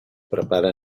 prepara